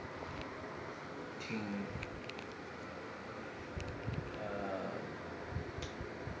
挺 err